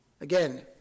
Again